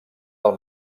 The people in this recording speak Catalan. del